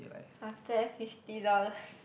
after that fifty dollars